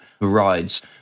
rides